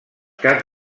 caps